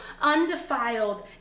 undefiled